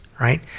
right